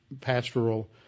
pastoral